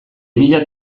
mila